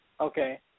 Okay